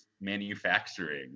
manufacturing